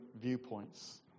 viewpoints